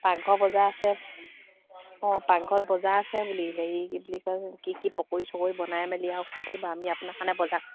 পাকঘৰ বজাৰ আছে অঁ পাকঘৰত বজাৰ আছে বুলি হেৰি কি বুলি কয় কি কি পকৰি চকৰি বনাই মেলি আৰু খোৱাই থাকিব আমি আপোনাৰ কাৰণে বজাৰ